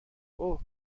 اوه